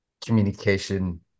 communication